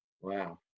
Wow